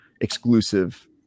exclusive